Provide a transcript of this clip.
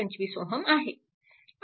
25 Ω आहे